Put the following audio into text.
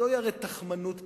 זוהי הרי תכמנות פוליטית.